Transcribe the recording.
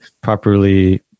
properly